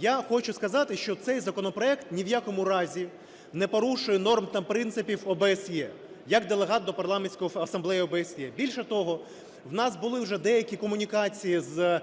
Я хочу сказати, що цей законопроект ні в якому разі не порушує норм та принципів ОБСЄ, як делегат до Парламентської асамблеї ОБСЄ. Більше того, в нас були вже деякі комунікації з